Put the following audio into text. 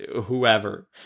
whoever